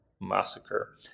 massacre